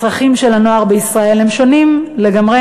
הצרכים של הנוער בישראל הם שונים לגמרי.